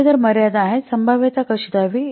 पुढे तर मर्यादा आहेत संभाव्यता कशी द्यावी